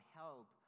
help